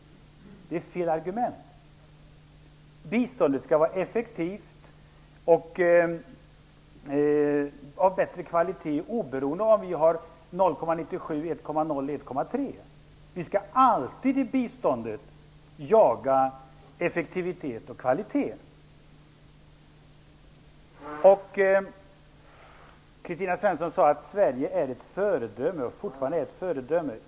Det är fel argument. Biståndet skall vara effektivt och av bättre kvalitet oberoende av om målet är 0,97, 1,0, eller 1,3. Vi skall alltid jaga effektivitet och kvalitet i biståndet. Kristina Svensson sade att Sverige fortfarande är ett föredöme.